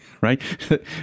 Right